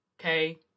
okay